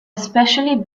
especially